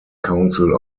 council